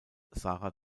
sarah